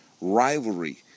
rivalry